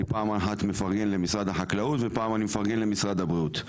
אני פעם אחת מפרגן למשרד החקלאות ופעם אני מפרגן למשרד הבריאות.